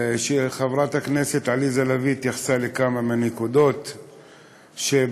ושחברת הכנסת עליזה לביא התייחסה לכמה מהנקודות שבחוברת,